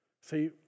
See